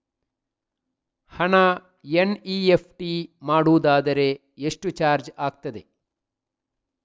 ಹಣ ಎನ್.ಇ.ಎಫ್.ಟಿ ಮಾಡುವುದಾದರೆ ಎಷ್ಟು ಚಾರ್ಜ್ ಆಗುತ್ತದೆ?